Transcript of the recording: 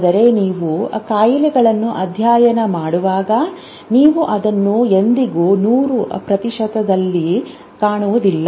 ಆದರೆ ನೀವು ಕಾಯಿಲೆಗಳನ್ನು ಅಧ್ಯಯನ ಮಾಡುವಾಗ ನೀವು ಅದನ್ನು ಎಂದಿಗೂ 100 ಪ್ರತಿಶತ ದರದಲ್ಲಿ ಕಾಣುವುದಿಲ್ಲ